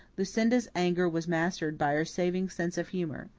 lucinda's anger was mastered by her saving sense of humour.